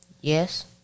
yes